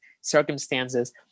circumstances